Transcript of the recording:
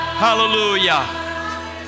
hallelujah